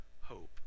hope